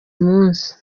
munsi